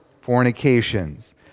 fornications